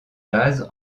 base